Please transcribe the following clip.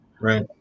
Right